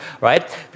right